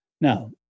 Now